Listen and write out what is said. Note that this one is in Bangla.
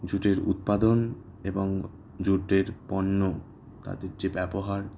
জুটের উৎপাদন এবং জুটের পণ্য তাদের যে ব্যবহার